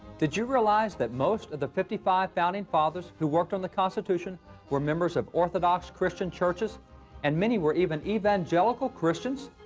did you realize that most of the fifty five founding fathers who worked on the constitution were members of orthodox christian churches and many were even evangelical christians?